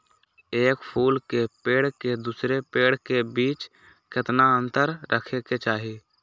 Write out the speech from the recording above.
एक फुल के पेड़ के दूसरे पेड़ के बीज केतना अंतर रखके चाहि?